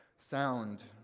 sound,